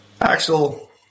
Axel